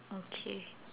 okay